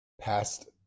past